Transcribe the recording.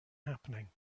happening